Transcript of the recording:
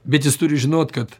bet jis turi žinot kad